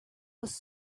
was